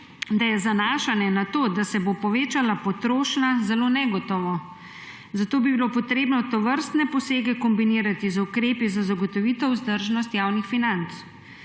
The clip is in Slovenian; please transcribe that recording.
»Je zanašanje na to, da se bo povečala potrošnja, zelo negotovo, zato bi bilo potrebno tovrstne posege kombinirati z ukrepi za zagotovitev vzdržnosti javnih financ.